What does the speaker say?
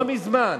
לא מזמן,